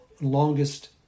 longest